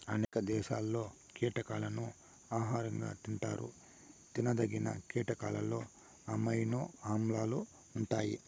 అనేక దేశాలలో కీటకాలను ఆహారంగా తింటారు తినదగిన కీటకాలలో అమైనో ఆమ్లాలు ఉంటాయి